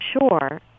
sure